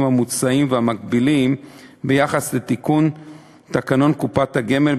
המוצעים והמקבילים ביחס לתיקון תקנון קופת הגמל,